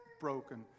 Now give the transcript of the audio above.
broken